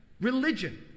religion